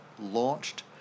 launched